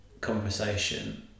conversation